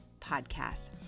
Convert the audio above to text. podcast